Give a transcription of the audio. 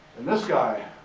and this guy.